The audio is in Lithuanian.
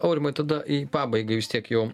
aurimai tada į pabaigą vis tiek jau